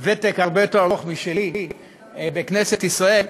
ותק הרבה יותר ארוך משלי בכנסת ישראל,